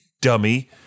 dummy